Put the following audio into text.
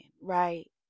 right